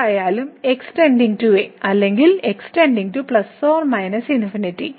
രണ്ടായാലും x → a അല്ലെങ്കിൽ x →±